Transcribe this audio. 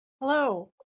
Hello